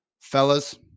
fellas